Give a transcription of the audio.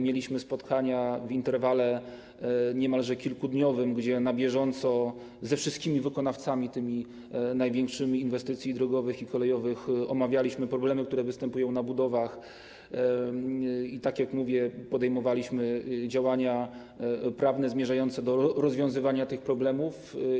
Mieliśmy spotkania w interwale niemalże kilkudniowym, gdzie na bieżąco ze wszystkimi wykonawcami, tymi największymi, inwestycji drogowych i kolejowych omawialiśmy problemy, które występują na budowach i, tak jak mówię, podejmowaliśmy działania prawne zmierzające do rozwiązywania tych problemów.